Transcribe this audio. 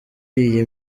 iyi